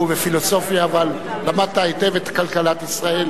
בפילוסופיה אבל למדת היטב את כלכלת ישראל: